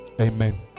Amen